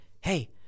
hey